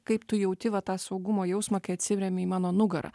kaip tu jauti va tą saugumo jausmą kai atsivremi į mano nugarą